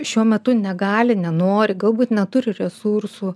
šiuo metu negali nenori galbūt neturi resursų